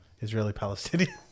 Israeli-Palestinian